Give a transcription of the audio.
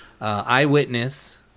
Eyewitness